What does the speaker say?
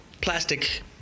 plastic